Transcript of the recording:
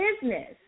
Business